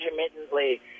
intermittently